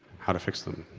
how to fix them.